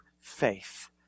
faith